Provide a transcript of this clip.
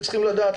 צריכים לדעת,